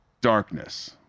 darkness